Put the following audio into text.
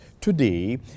Today